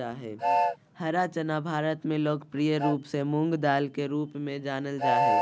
हरा चना भारत में लोकप्रिय रूप से मूंगदाल के रूप में जानल जा हइ